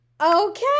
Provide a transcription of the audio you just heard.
Okay